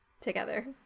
together